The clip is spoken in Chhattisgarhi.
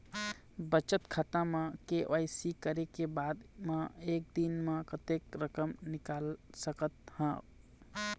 बचत खाता म के.वाई.सी करे के बाद म एक दिन म कतेक रकम निकाल सकत हव?